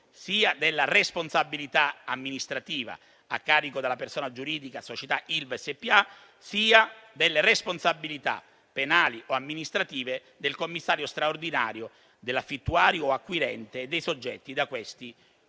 sia della responsabilità amministrativa a carico della persona giuridica società Ilva SpA, sia delle responsabilità penali o amministrative del commissario straordinario, dell'affittuario o acquirente dei soggetti da questi